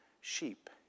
sheep